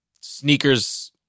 sneakers